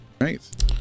Right